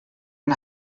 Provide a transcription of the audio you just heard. yng